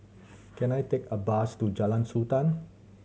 can I take a bus to Jalan Sultan